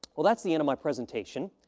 well, that's the end of my presentation,